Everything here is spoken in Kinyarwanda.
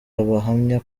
abahamya